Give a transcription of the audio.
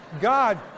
God